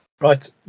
Right